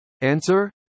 Answer